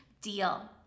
deal